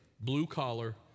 blue-collar